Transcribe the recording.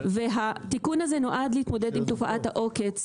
והתיקון הזה נועד להתמודד עם תופעת העוקץ.